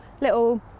little